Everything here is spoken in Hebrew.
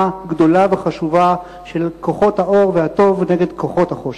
גדולה וחשובה של כוחות האור והטוב נגד כוחות החושך.